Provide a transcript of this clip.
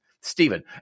Stephen